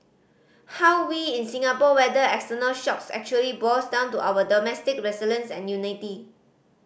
how we in Singapore weather external shocks actually boils down to our domestic resilience and unity